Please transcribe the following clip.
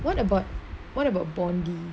what about what about bondi